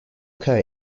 occur